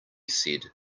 said